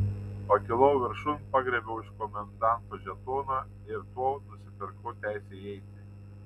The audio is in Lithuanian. pakilau viršun pagriebiau iš komendanto žetoną ir tuo nusipirkau teisę įeiti